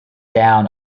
down